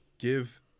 Give